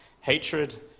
hatred